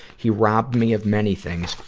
he robbed me of many things,